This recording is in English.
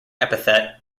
epithet